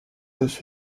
reçut